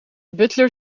butler